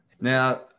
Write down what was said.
Now